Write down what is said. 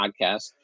podcast